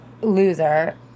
loser